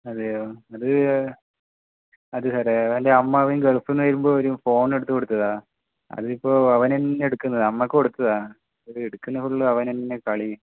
അതെയോ അത് അത് സാറേ ഇവൻ്റെ അമ്മാവൻ ഗൾഫ് നിന്നു വരുമ്പോൾ ഒരു ഫോൺ എടുത്തു കൊടുത്തതാണ് അതിപ്പോൾ അവൻ തന്നെ എടുക്കുന്നത് അമ്മക്ക് കൊടുത്തതാണ് എടുക്കുന്ന ഫുള്ള് അവൻ തന്നെ കളി